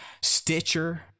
Stitcher